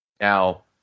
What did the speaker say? now